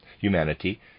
Humanity